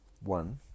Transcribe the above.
one